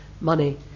money